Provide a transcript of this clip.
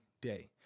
day